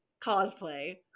cosplay